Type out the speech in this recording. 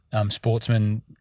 sportsman